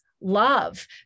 Love